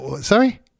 sorry